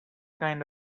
kind